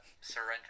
Surrender